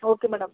okay madam